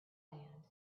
land